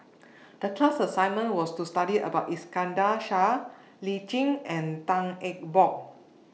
The class assignment was to study about Iskandar Shah Lee Tjin and Tan Eng Bock